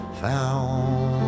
found